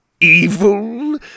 Evil